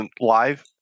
live